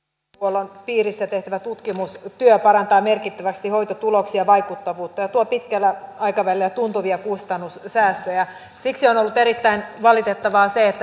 puolan piirissä tehtävä tutkimus ja parantaa minä haluan nyt kiinnittää huomiota rahallisesti pienempään mutta nuorten kannalta hyvin keskeiseen kokonaisuuteen eli nuorisotakuuseen